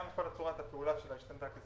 גם כל צורת הפעולה שלה השתנתה כי זה